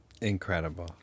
incredible